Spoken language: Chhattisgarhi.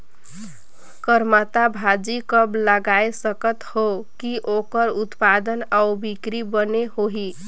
करमत्ता भाजी कब लगाय सकत हो कि ओकर उत्पादन अउ बिक्री बने होही?